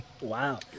Wow